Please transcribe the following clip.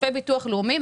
מכספי ביטוח לאומי.